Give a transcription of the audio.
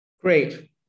Great